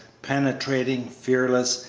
penetrating, fearless,